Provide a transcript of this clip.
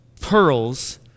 pearls